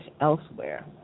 elsewhere